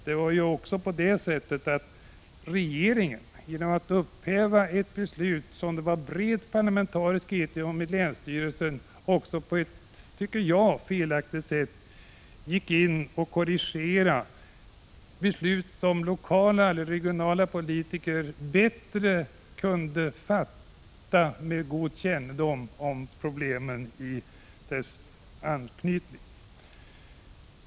Det var också så, att regeringen upphävde ett beslut som det rådde bred parlamentarisk enighet om i länsstyrelsen, på ett som jag tycker felaktigt sätt gick in och ändrade ett beslut som lokala och regionala politiker bättre kunde fatta med god kännedom om problemet och dess anknytning.